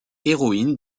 héroïne